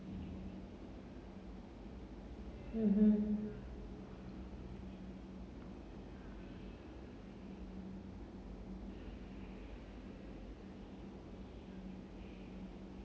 mmhmm